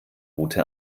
route